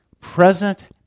present